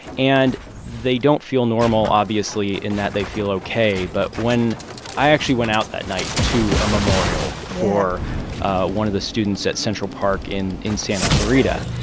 and they don't feel normal, obviously, in that they feel ok. but when i actually went out that night to a memorial. yeah. for ah one of the students at central park in in santa clarita.